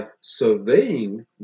surveying